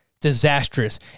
disastrous